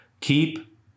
keep